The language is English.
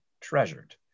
treasured